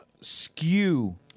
skew